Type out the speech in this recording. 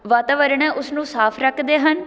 ਵਾਤਾਵਰਨ ਹੈ ਉਸਨੂੰ ਸਾਫ ਰੱਖਦੇ ਹਨ